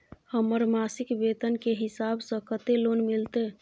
हमर मासिक वेतन के हिसाब स कत्ते लोन मिलते?